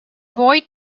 boy